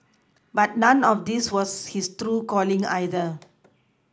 but none of this was his true calling either